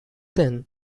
then